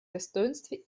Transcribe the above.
достоинстве